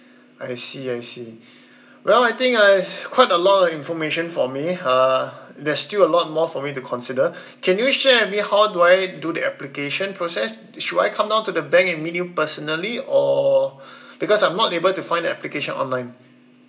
I see I see well I think I quite a lot of information for me uh there's still a lot more for me to consider can you share with me how do I do the application process should I come down to the bank and meet you personally or because I'm not able to find application online